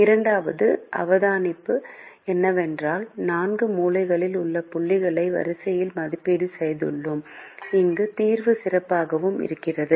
இரண்டாவது அவதானிப்பு என்னவென்றால் நான்கு மூலையில் உள்ள புள்ளிகளைப் வரிசையில் மதிப்பீடு செய்துள்ளோம் இங்கே தீர்வு சிறப்பாகவும் வருகிறது